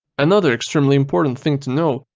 another extremely important thing to know,